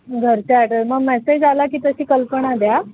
घरच्या ॲड्रेस मग मेसेज आला की तशी कल्पना द्या